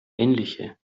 ähnliche